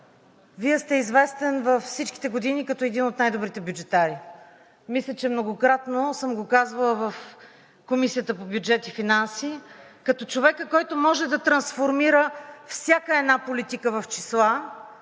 Вие сте известен във всичките години като един от най-добрите бюджетари, мисля, че многократно съм го казвала в Комисията по бюджет и финанси, като човекът, който може да трансформира всяка една политика в числа,